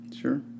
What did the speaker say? Sure